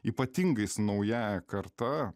ypatingai su naująja karta